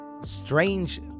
Strange